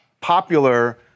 popular